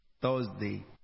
thursday